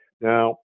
Now